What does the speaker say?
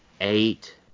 eight